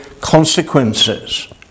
consequences